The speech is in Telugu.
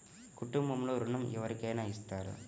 కుటుంబంలో ఋణం ఎవరికైనా ఇస్తారా?